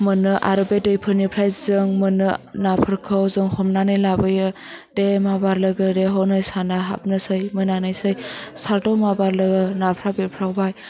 मोनो आरो बे दैफोरनिफ्राइ जों मोनो नाफोरखौ जों हमनानै लाबोयो दे माबार लोगो हनै साना हाबनोसै मोनानोसै सारद' माबार लोगो नाफ्रा बेफ्रावबाय